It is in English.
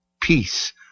Peace